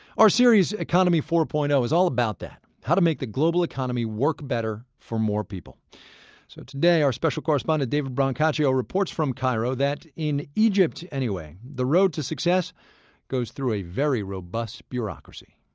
our series economy four point zero is all about that, how to make the global economy work better for more people so today our special correspondent david brancaccio reports from cairo that in egypt, anyway the road to success goes through a very robust bureaucracy.